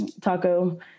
taco